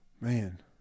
Man